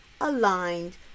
aligned